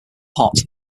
hot